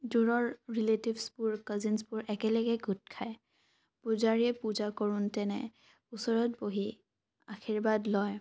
দূৰৰ ৰিলেটিভছবোৰ কাজিনছবোৰ একেলগে গোট খায় পূজাৰীয়ে পূজা কৰোঁতেনে ওচৰত বহি আৰ্শীবাদ লয়